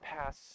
pass